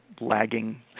lagging